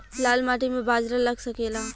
लाल माटी मे बाजरा लग सकेला?